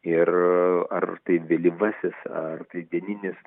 ir ar tai vėlyvasis ar tai dieninis